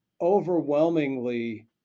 overwhelmingly